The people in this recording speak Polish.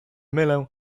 mylę